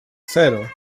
cero